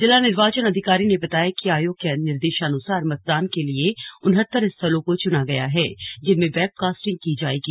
जिला निर्वाचन अधिकारी ने बताया कि आयोग के निर्देशानुसार मतदान के लिए उनहत्तर स्थलों को चुना गया है जिनमें वेबकास्टिंग की जाएगी